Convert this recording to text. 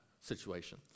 situation